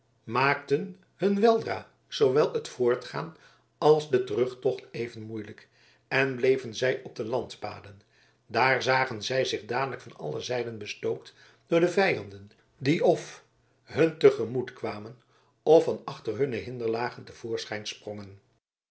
maakten hun weldra zoowel het voortgaan als den terugtocht even moeilijk en bleven zij op de landpaden daar zagen zij zich dadelijk van alle zijden bestookt door de vijanden die f hun te gemoet kwamen f van achter hunne hinderlagen te voorschijn sprongen